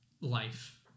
life